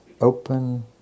open